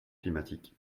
climatique